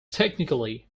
technically